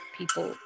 people